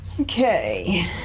Okay